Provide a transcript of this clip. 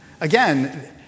again